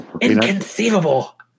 Inconceivable